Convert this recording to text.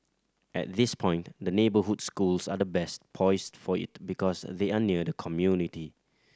at this point the neighbourhood schools are best poised for it because they are near the community